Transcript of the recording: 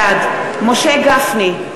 בעד משה גפני,